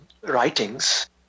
writings